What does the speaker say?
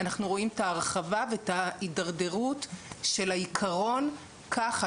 אנחנו רואים את ההרחבה ואת ההידרדרות של העיקרון ככה,